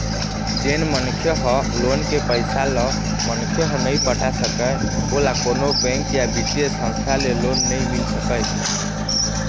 जेन मनखे ह लोन के पइसा ल मनखे ह नइ पटा सकय ओला कोनो बेंक या बित्तीय संस्था ले लोन नइ मिल सकय